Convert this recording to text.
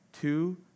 two